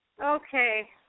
Okay